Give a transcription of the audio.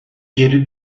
geri